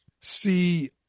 see